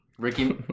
Ricky